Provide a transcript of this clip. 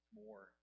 more